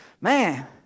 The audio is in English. man